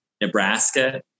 Nebraska